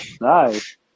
Nice